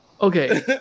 okay